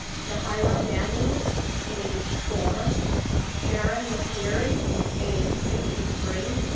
je'hyrah daniels age four sharon mccleary age sixty three,